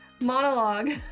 monologue